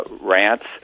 rants